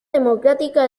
democrática